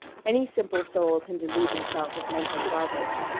any simple soul can delude himself with mental garbage.